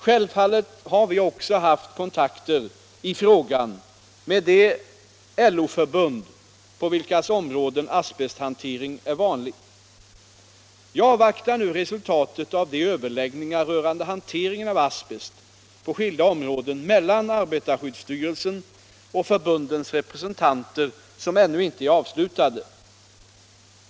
Självfallet har vi också haft kontakter i frågan med de LO-förbund på vilkas områden asbest hantering är vanlig. Jag avvaktar nu resultatet av de överläggningar rörande hanteringen av asbest på skilda områden mellan arbetarskyddsstyrelsen och förbundens representanter som ännu inte är avslutade.